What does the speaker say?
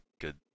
good